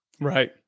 Right